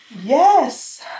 Yes